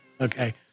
Okay